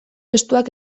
estuak